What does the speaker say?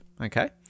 Okay